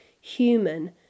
human